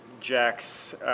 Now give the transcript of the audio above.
Jack's